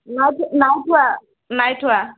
নাই নাই থোৱা নাই থোৱা